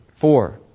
four